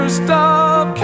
stop